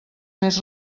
més